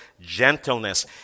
gentleness